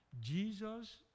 Jesus